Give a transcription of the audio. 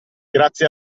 grazie